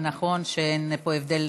ונכון שאין פה הבדל,